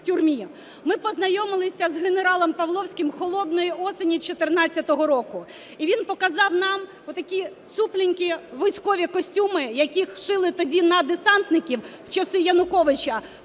Ми познайомилися з генералом Павловським холодної осені 14-го року, і він показав нам от такі цупленькі військові костюми, які шили тоді на десантників в часи Януковича,